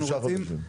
שלושה חודשים.